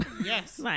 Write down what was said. yes